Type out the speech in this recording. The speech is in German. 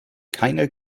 keiner